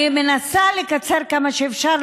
אני מנסה לקצר כמה שאפשר,